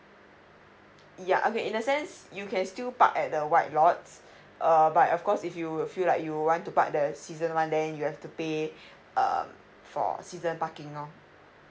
yeah okay in a sense you can still park at the white lots err but of course if you will feel like you want to park the season one then you have to pay (um for season parking oh